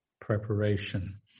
preparation